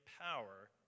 power